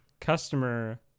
customer